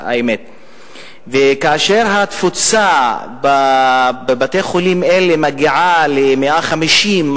כאשר התפוסה בבתי-החולים האלה מגיעה ל-150%